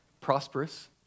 prosperous